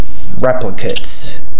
replicates